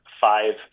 five